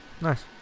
Nice